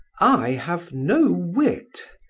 i have no wit,